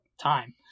time